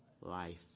life